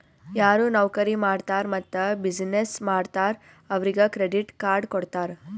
ಯಾರು ನೌಕರಿ ಮಾಡ್ತಾರ್ ಮತ್ತ ಬಿಸಿನ್ನೆಸ್ ಮಾಡ್ತಾರ್ ಅವ್ರಿಗ ಕ್ರೆಡಿಟ್ ಕಾರ್ಡ್ ಕೊಡ್ತಾರ್